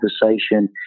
conversation